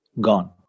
Gone